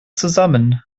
zusammen